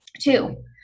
Two